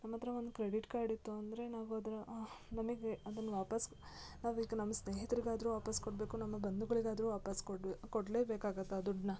ನಮ್ಮತ್ತಿರ ಒಂದು credit card ಇತ್ತು ಅಂದರೆ ನಾವು ಅದರ ನಮಗೆ ಅದನ್ನು ವಾಪಸ್ಸು ನಾವೀಗ ನಮ್ಮ ಸ್ನೇಹಿತ್ರಿಗಾದ್ರು ವಾಪಸ್ಸು ಕೊಡಬೇಕು ನಮ್ಮ ಬಂಧುಗಳಿಗಾದರು ವಾಪಸ್ಸು ಕೊಡ ಕೊಡಲೆ ಬೇಕಾಗಿತ್ ಆ ದುಡ್ಡನ್ನ